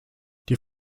die